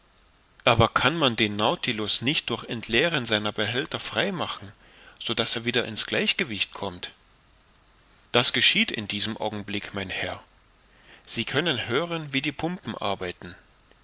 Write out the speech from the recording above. aber kann man den nautilus nicht durch entleeren seiner behälter frei machen so daß er wieder in's gleichgewicht kommt das geschieht in diesem augenblick mein herr sie können hören wie die pumpen arbeiten